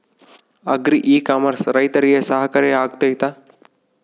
Agri e commerce ರೈತರಿಗೆ ಸಹಕಾರಿ ಆಗ್ತೈತಾ?